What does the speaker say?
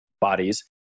bodies